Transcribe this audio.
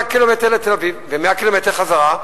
קילומטר לתל-אביב ו-100 קילומטר חזרה,